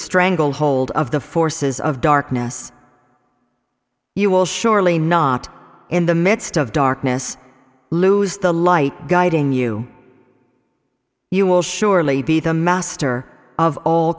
stranglehold of the forces of darkness you will surely not in the midst of darkness lose the light guiding you you will surely be the master of